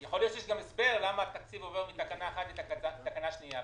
יכול להיות שיש הסבר למה התקציב עובר מתקנה אחת לתקנה שנייה.